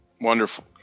Wonderful